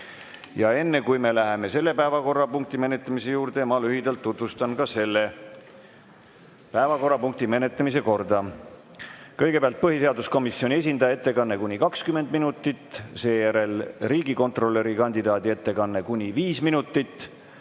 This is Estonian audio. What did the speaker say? Enne kui me läheme selle päevakorrapunkti menetlemise juurde, ma lühidalt tutvustan ka selle päevakorrapunkti menetlemise korda. Kõigepealt on põhiseaduskomisjoni esindaja ettekanne kuni 20 minutit, seejärel riigikontrolöri kandidaadi ettekanne kuni viis minutit.